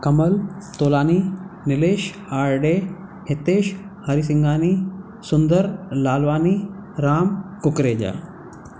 Kamal Tolani Nilesh Arde Hitesh Harisinghani Sundar Lalwani Ram Kukreja